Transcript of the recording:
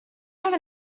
have